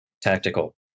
tactical